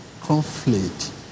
conflict